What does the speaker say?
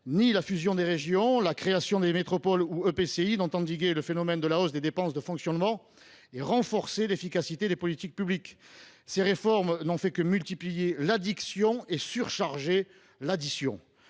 ni la fusion des régions ni la création des métropoles ou EPCI n’ont permis d’endiguer le phénomène de la hausse des dépenses de fonctionnement et de renforcer l’efficacité des politiques publiques. Ces réformes n’ont fait que multiplier l’addiction et surcharger l’addition.